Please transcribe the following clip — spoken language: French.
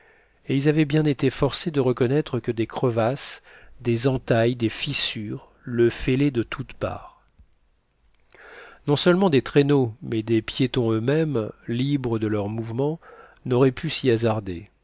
et ils avaient bien été forcés de reconnaître que des crevasses des entailles des fissures le fêlaient de toutes parts non seulement des traîneaux mais des piétons eux-mêmes libres de leurs mouvements n'auraient pu s'y hasarder